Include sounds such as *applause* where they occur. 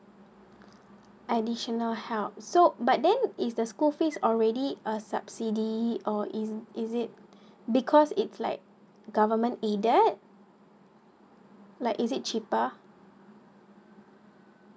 additional help so but then is the school fees already uh subsidied or is is it *breath* because it like government aided like is it cheaper